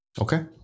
Okay